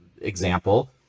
example